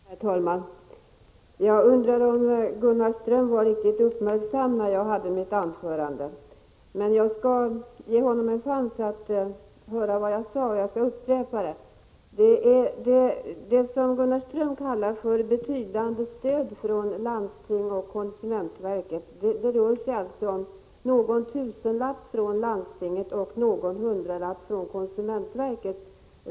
Herr talman! Jag undrar om Gunnar Ström riktigt har uppmärksammat mitt anförande. Jag skall dock ge honom ytterligare en chans att höra vad jag hade att säga. Jag upprepar alltså vad jag tidigare sagt. Det som Gunnar Ström kallar för betydande stöd från landsting och från konsumentverket är alltså någon tusenlapp från landstingen och någon hundralapp från konsumentverket.